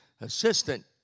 assistant